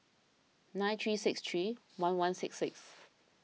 nine three six three one one six six